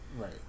Right